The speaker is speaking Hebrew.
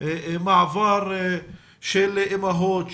מעבר של אימהות,